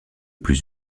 plus